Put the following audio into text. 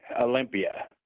Olympia